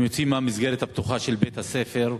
הם יוצאים מהמסגרת הפתוחה של בית-הספר,